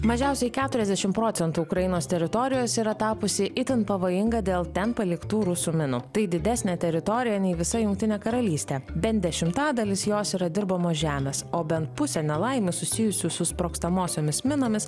mažiausiai keturiasdešim procentų ukrainos teritorijos yra tapusi itin pavojinga dėl ten paliktų rusų minų tai didesnė teritorija nei visa jungtinė karalystė bent dešimtadalis jos yra dirbamos žemės o bent pusė nelaimių susijusių su sprogstamosiomis minomis